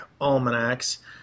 almanacs